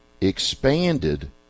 expanded